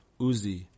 Uzi